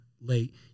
late